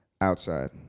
outside